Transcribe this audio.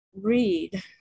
read